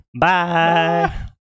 Bye